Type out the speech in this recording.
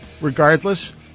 Regardless